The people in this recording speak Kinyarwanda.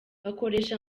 bakoresha